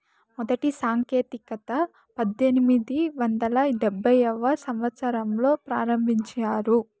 మొదటి సాంకేతికత పద్దెనిమిది వందల డెబ్భైవ సంవచ్చరంలో ప్రారంభించారు